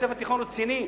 בית-ספר תיכון רציני,